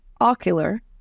ocular